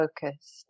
focused